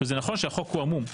זה נכון שהחוק הוא עמום.